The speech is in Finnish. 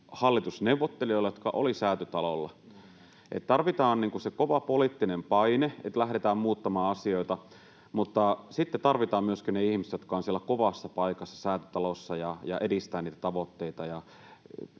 hallitusneuvottelijoille, jotka olivat Säätytalolla. Tarvitaan se kova poliittinen paine, että lähdetään muuttamaan asioita, mutta sitten tarvitaan myöskin ne ihmiset, jotka ovat kovassa paikassa siellä Säätytalossa ja edistävät niitä tavoitteita.